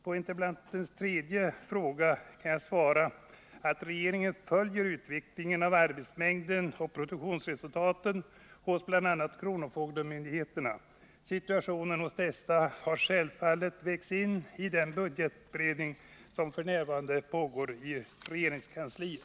På interpellantens tredje fråga kan jag svara att regeringen följer utvecklingen av arbetsmängderna och produktionsresultaten hos bl.a. kronofogdemyndigheterna. Situationen hos dessa har självfallet vägts in i den budgetberedning som f. n. pågår i regeringskansliet.